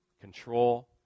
control